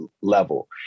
level